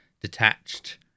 Detached